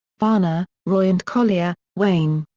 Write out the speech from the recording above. varner, roy and collier, wayne.